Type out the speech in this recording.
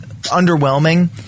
underwhelming